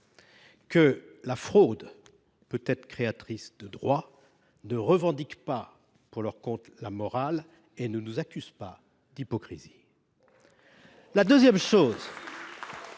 que la fraude peut être créatrice de droits ne revendiquent pas pour leur compte la morale et ne nous accusent pas d’hypocrisie. Par ailleurs,